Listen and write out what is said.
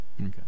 Okay